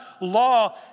law